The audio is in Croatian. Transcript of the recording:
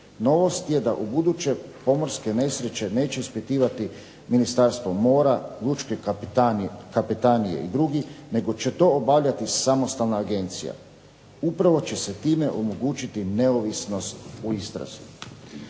Novost je da u buduće pomorske nesreće neće ispitivati Ministarstvo mora, Lučke kapetanije i drugi nego će to obavljati samostalna agencija. Upravo će se time omogućiti neovisnost u istrazi.